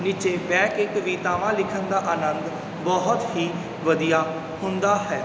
ਵਿੱਚ ਬਹਿ ਕੇ ਕਵਿਤਾਵਾਂ ਲਿਖਣ ਦਾ ਆਨੰਦ ਬਹੁਤ ਹੀ ਵਧੀਆ ਹੁੰਦਾ ਹੈ